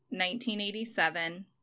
1987